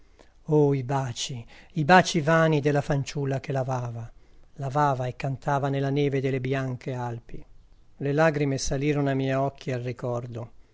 i baci i baci vani della fanciulla che lavava lavava e cantava nella neve delle bianche alpi le lagrime salirono ai miei occhi al ricordo